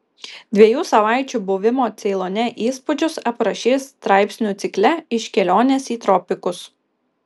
dviejų savaičių buvimo ceilone įspūdžius aprašys straipsnių cikle iš kelionės į tropikus